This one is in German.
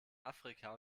afrika